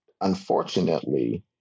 unfortunately